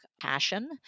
passion